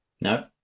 No